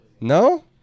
No